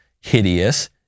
hideous